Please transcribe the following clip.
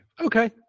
Okay